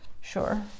Sure